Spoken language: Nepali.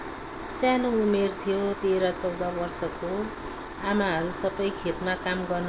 सानो उमेर थियो तेह्र चौध वर्षको आमाहरू सबै खेतमा काम गर्न